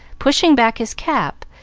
pushing back his cap,